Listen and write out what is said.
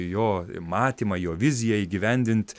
jo matymą jo viziją įgyvendint